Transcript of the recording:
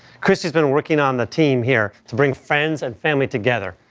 christy has been working on the team here to bring friends and family together,